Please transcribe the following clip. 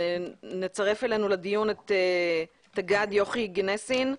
נצרף אלינו לדיון את תג"ד יוכי גנסין,